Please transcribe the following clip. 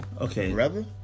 Okay